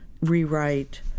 rewrite